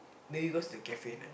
maybe because the caffeine ah